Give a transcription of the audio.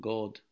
God